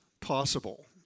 possible